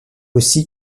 aussi